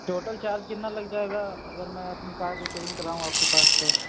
total charge کتنا لگ جائے گا اگر میں اپنی کار ریپیرنگ کراؤں آپ کے پاس تو